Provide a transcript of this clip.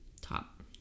Top